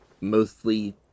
mostly